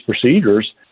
procedures